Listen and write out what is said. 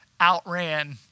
outran